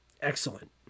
excellent